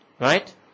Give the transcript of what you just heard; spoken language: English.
Right